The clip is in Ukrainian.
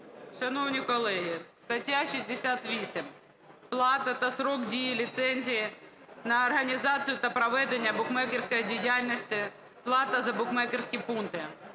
Шановні колеги, стаття 68 "Плата та строк дії ліцензії на організацію та проведення букмекерської діяльності, плата за букмекерські пункти".